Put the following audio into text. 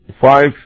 five